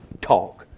talk